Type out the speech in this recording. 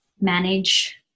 manage